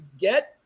get